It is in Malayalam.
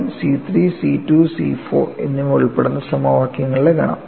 C1 C3 C2 C4 എന്നിവ ഉൾപ്പെടുന്ന സമവാക്യങ്ങളുടെ ഗണം